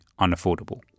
unaffordable